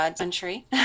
country